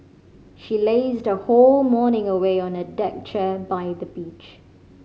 she lazed her whole morning away on a deck chair by the beach